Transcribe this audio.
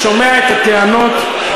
אתה תרד למטה.